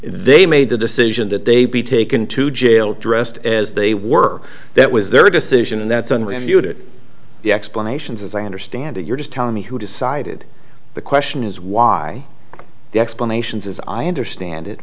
they made the decision that they be taken to jail dressed as they were that was their decision and that's unreviewed it the explanations as i understand it you're just telling me who decided the question is why the explanations as i